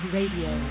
Radio